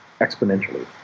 exponentially